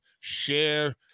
Share